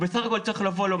הוא בסך הכול צריך לומר: